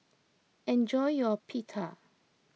enjoy your Pita